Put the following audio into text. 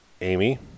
Amy